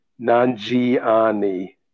Nanjiani